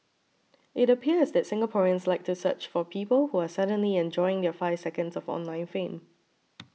it appears that Singaporeans like to search for people who are suddenly enjoying their five seconds of online fame